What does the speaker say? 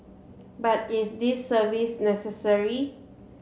but is this service necessary